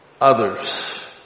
others